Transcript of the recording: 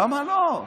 למה לא?